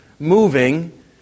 Moving